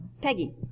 Peggy